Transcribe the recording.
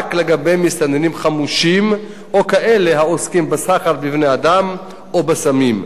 לגבי מסתננים חמושים או כאלה העוסקים בסחר בבני-אדם או בסמים.